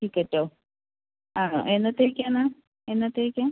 ടിക്കറ്റോ ആണോ എന്നത്തേക്കാണ് എന്നത്തേക്കാ